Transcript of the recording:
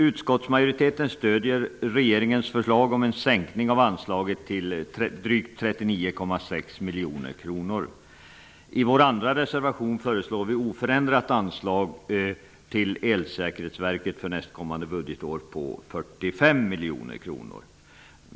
Utskottsmajoriteten stöder regeringens förslag om en sänkning av anslaget till drygt 39,6 miljoner kronor. I vår andra reservation föreslår vi oförändrat anslag till Elsäkerhetsverket för nästkommande budgetår på 45 miljoner kronor.